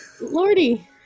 Lordy